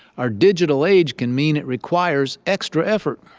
our digital age can mean it requires extra effort.